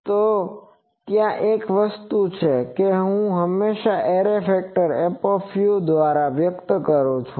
તો ત્યાં એક વસ્તુ છે કે હું હંમેશા એરે ફેક્ટરને f દ્વારા વ્યક્ત કરું છું